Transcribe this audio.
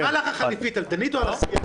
על מה אמרת חליפית, על דני או על הסיעה?